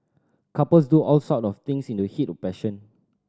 couples do all sort of things in the heat of passion